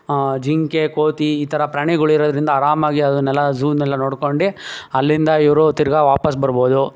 ಜಿಂಕೆ ಕೋತಿ ಈ ಥರ ಪ್ರಾಣಿಗಳು ಇರೋದರಿಂದ ಅರಾಮಾಗಿ ಅದನ್ನೆಲ್ಲ ಝೂನೆಲ್ಲ ನೋಡ್ಕೊಂಡು ಅಲ್ಲಿಂದ ಇವರು ತಿರ್ಗಿ ವಾಪಸ್ ಬರ್ಬೋದು